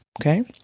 Okay